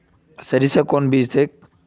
सरीसा कौन बीज ठिक?